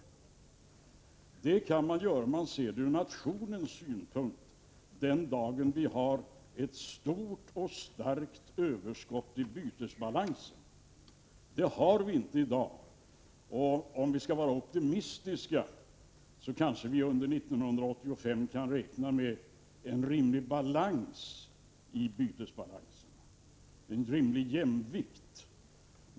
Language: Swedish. Det kan man göra, om man ser det från nationens synpunkt, den dag då vi har ett stort och starkt överskott i bytesbalansen. Men det har vi inte i dag. Om vi skall vara optimistiska kan vi kanske räkna med att det under 1985 skall råda en rimlig balans, en rimlig jämvikt i bytesbalansen.